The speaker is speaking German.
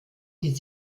die